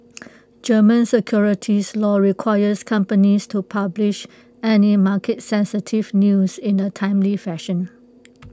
German securities law requires companies to publish any market sensitive news in A timely fashion